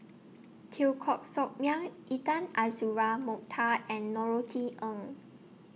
Teo Koh Sock Miang Intan Azura Mokhtar and Norothy Ng